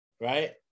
right